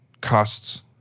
costs